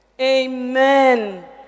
Amen